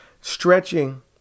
Stretching